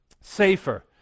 safer